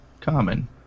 common